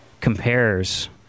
compares